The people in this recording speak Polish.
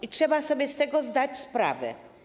I trzeba sobie z tego zdać sprawę.